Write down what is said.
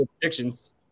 predictions